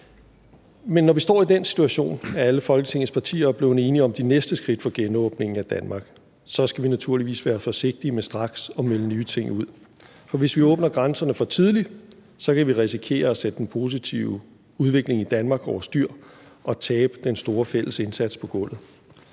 Men når vi står i den situation, at alle Folketingets partier er blevet enige om de næste skridt for genåbningen af Danmark, skal vi naturligvis være forsigtig med straks at melde nye ting ud. For hvis vi åbner grænserne for tidligt, kan vi risikere at sætte den positive udvikling i Danmark over styr og tabe den store fælles indsats på gulvet.